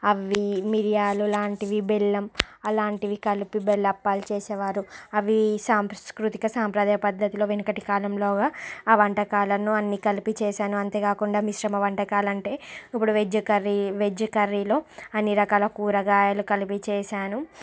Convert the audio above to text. అవి మిర్యాలు లాంటివి బెల్లం అలాంటివి కలిపి బెల్లప్పాలు చేసేవారు అవి సాంస్కృతిక సాంప్రదాయ పద్ధతిలో వెనకటి కాలంలోగా ఆ వంటకాలను అన్నీ కలిపి చేశాను అంతే కాకుండా మిశ్రమ వంటకాలంటే ఇప్పుడు వెజ్ కర్రీ వెజ్ కర్రీలో అన్ని రకాల కూరగాయలు కలిపి చేశాను